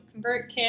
ConvertKit